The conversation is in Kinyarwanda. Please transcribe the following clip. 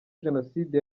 jenoside